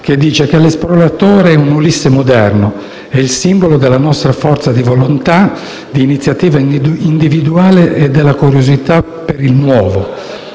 ha detto: «L'esploratore è un Ulisse moderno, è il simbolo della nostra forza di volontà, di iniziativa individuale e della curiosità per il nuovo.